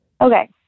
Okay